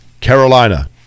Carolina